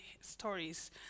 stories